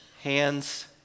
Hands